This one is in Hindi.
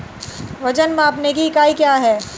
वजन मापने की इकाई क्या है?